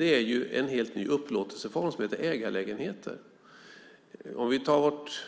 Det är en helt ny upplåtelseform som heter ägarlägenheter. Vi kan ta vårt